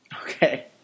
Okay